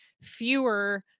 fewer